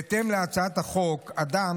בהתאם להצעת החוק, אדם